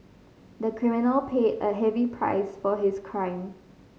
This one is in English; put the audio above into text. the criminal paid a heavy price for his crime